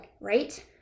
right